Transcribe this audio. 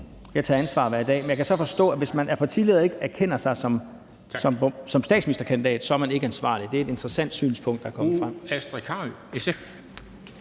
jeg tager ansvar hver dag. Men jeg kan så forstå, at hvis man er partileder og ikke bekender sig som statsministerkandidat, så er man ikke ansvarlig. Det er et interessant synspunkt, der er kommet frem.